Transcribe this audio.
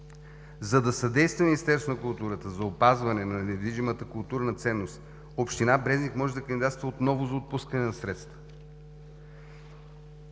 За да съдейства Министерството на културата за опазване на недвижимата културна ценност, община Брезник може да кандидатства отново за отпускане на средства